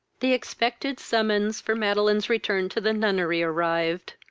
the expected summons for madeline's return to the nunnery arrived.